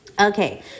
Okay